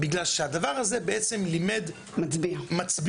בגלל שהדבר הזה בעצם לימד מצביע,